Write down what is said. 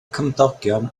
cymdogion